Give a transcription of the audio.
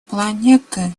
планеты